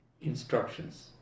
instructions